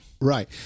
right